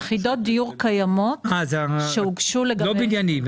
יחידות דיור קיימות שהוגשו --- לא בניינים,